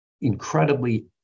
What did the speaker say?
incredibly